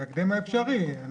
בהקדם האפשרי.